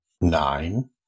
nine